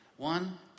One